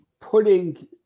putting